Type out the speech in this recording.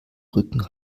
rücken